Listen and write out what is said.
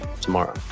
tomorrow